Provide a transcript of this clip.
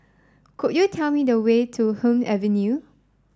could you tell me the way to Hume Avenue